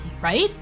right